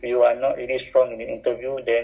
um tak